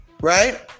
Right